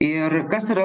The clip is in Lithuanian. ir kas yra